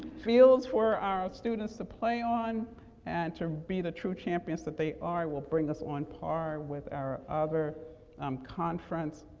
fields for our students to play on and to be the true champions that they are. it will bring us on par with our other um conference